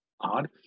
odd